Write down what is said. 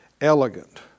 elegant